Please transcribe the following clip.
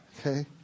Okay